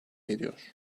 ediyor